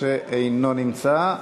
אינו נמצא.